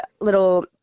little